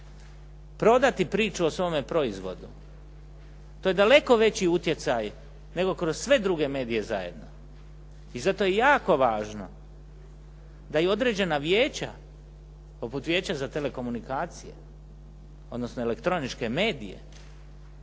prodati priču o svome proizvodu, to je daleko veći utjecaj, nego kroz sve druge medije zajedno. I zato je jako važno da i određena vijeća, poput Vijeća za telekomunikacije, odnosno elektroničke medije,